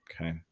Okay